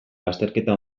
bazterketa